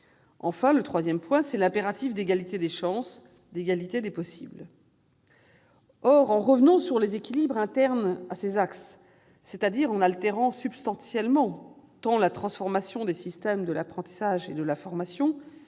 Enfin, notre troisième axe est l'impératif d'égalité des chances, d'égalité des possibles. Or, en revenant sur les équilibres internes à ces axes, c'est-à-dire en altérant substantiellement tant la transformation des systèmes de l'apprentissage et de la formation